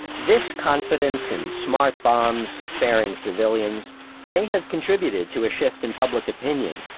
this confidence in smart bombs sparing civilians may have contributed to a shift in public opinion,